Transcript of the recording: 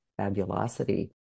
Fabulosity